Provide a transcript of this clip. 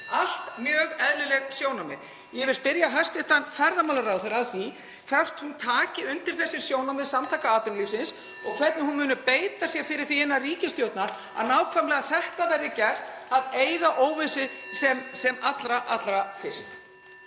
allt mjög eðlileg sjónarmið. Ég vil spyrja hæstv. ferðamálaráðherra að því hvort hún taki undir þessi sjónarmið Samtaka atvinnulífsins og hvernig hún muni beita sér fyrir því innan ríkisstjórnarinnar að nákvæmlega þetta verði gert, að eyða óvissu sem allra fyrst.